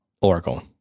Oracle